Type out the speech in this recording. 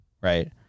Right